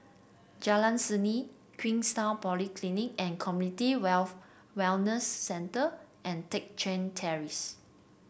Jalan Seni Queenstown Polyclinic and Community Wealth Wellness Centre and Teck Chye Terrace